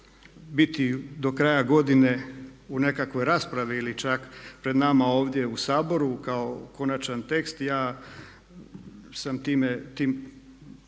biti do kraja godine u nekakvoj raspravi ili čak pred nama ovdje u Saboru kao konačan tekst ja sam tim